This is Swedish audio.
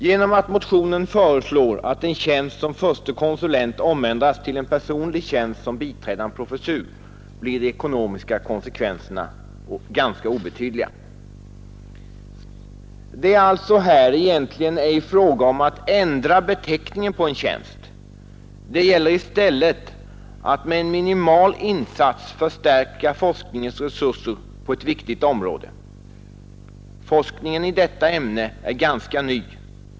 Genom att motionen föreslår att en tjänst som förste konsulent omändras till en personlig tjänst som biträdande professor blir de ekonomiska konsekvenserna ganska obetydliga. Det är alltså här egentligen ej fråga om att ändra beteckningen på en tjänst. Det gäller i stället att med en minimal insats förstärka forskningens resurser på ett viktigt område. Forskningen i detta ämne är ganska ny.